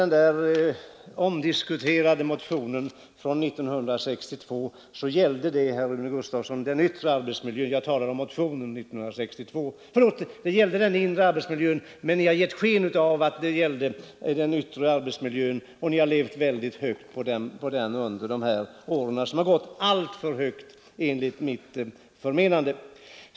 Den omdiskuterade motionen från 1962 gällde, herr Rune Gustavsson, den inre arbetsmiljön, men ni har gett sken av att den gällde den yttre arbetsmiljön och levt högt på det under de år som gått — alltför högt enligt mitt förmenande.